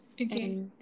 Okay